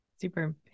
Super